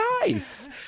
Nice